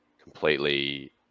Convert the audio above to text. completely